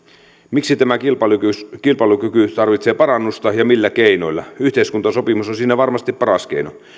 miksi tämä kilpailukyky tarvitsee parannusta ja millä keinoilla yhteiskuntasopimus on siinä varmasti paras keino